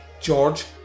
George